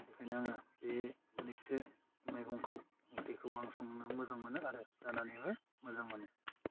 बेखायनो आङो बे मोननैसो मैगंखौ ओंख्रिखौ आं संनो मोजां मोनो आरो जानानैबो मोजां मोनो